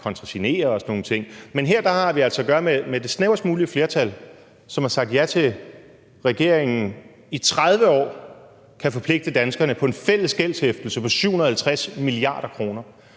kontrasignere og sådan nogle ting. Men her har vi altså at gøre med det snævrest mulige flertal, som har sagt ja til, at regeringen i 30 år kan forpligte danskerne på en fælles gældshæftelse på 750 mia. kr.